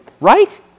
right